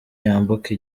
yambuka